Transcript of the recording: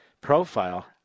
Profile